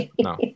No